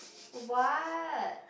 what